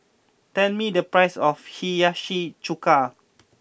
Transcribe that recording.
tell me the price of Hiyashi Chuka